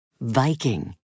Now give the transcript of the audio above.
Viking